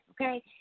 okay